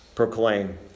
proclaim